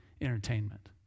entertainment